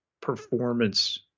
performance